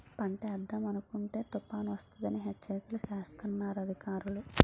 పంటేద్దామనుకుంటే తుపానొస్తదని హెచ్చరికలు సేస్తన్నారు అధికారులు